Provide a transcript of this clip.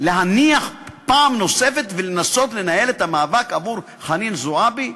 להניח פעם נוספת ולנסות לנהל את המאבק עבור חנין זועבי,